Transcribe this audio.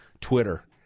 Twitter